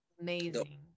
Amazing